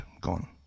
gone